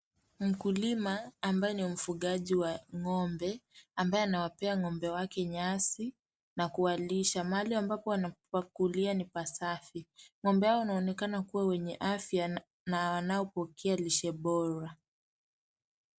Mkulima ambaye ni mfuganji wa ng'ombe, ambaye anawapea ng'ombe wake nyasi na kuwalisha. Mahali ambapo anapakulia ni pasafi. Ng'ombe hawa wanaonekana kuwa wenye afya, na wanaopokea lishe bora.